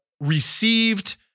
received